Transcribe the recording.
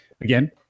again